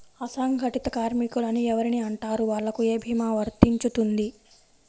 అసంగటిత కార్మికులు అని ఎవరిని అంటారు? వాళ్లకు ఏ భీమా వర్తించుతుంది?